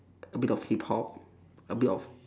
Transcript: a bit of hip hop a bit of